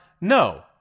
No